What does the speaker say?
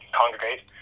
congregate